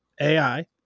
AI